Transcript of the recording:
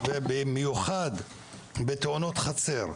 במיוחד בתאונות חצר,